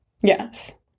Yes